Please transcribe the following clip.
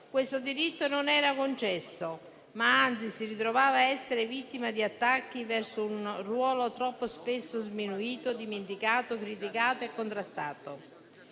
questo diritto non era concesso, ma che anzi si ritrovavano a essere vittime di attacchi verso un ruolo troppo spesso sminuito, dimenticato, criticato e contrastato.